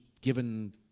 given